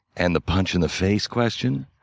and the punch in the face question,